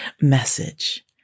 message